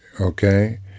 okay